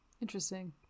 Interesting